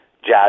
Jazz